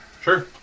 Sure